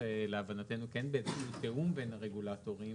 להבנתנו באיזה שהוא תיאום בין הרגולטורים.